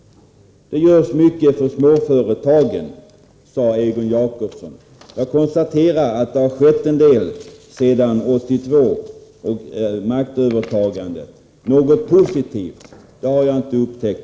Det görs mycket för småföretagen, sade Egon Jacobsson. Jag konstaterar att det har skett en del sedan maktövertagandet 1982, men något positivt har jag inte upptäckt.